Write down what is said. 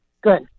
Good